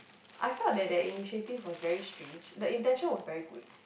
I felt that their initiative was very strange the intention was very good